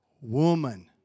woman